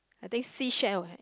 I think seashell have